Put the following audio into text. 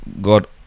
God